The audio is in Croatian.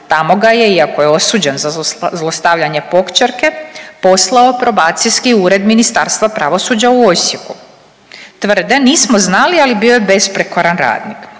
Tamo ga je iako je osuđen za zlostavljanje pokćerke poslao probacijski ured Ministarstva pravosuđa u Osijeku. Tvrde nismo znali ali bio je besprijekoran radnik.